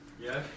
Yes